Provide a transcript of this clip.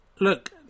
Look